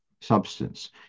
substance